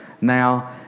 now